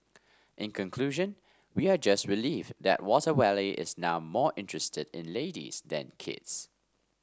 in conclusion we are just relieved that Water Wally is now more interested in ladies than kids